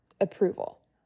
approval